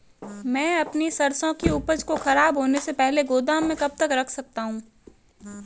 मैं अपनी सरसों की उपज को खराब होने से पहले गोदाम में कब तक रख सकता हूँ?